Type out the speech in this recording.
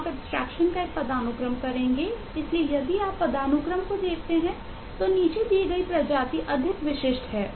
आप एब्स्ट्रेक्शन का एक पदानुक्रम करेंगे इसलिए यदि आप पदानुक्रम को देखते हैं तो नीचे दी गई प्रजाति अधिक विशिष्ट हैं